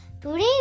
Today